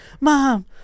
mom